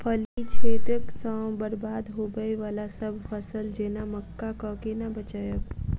फली छेदक सँ बरबाद होबय वलासभ फसल जेना मक्का कऽ केना बचयब?